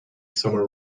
summer